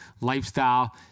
lifestyle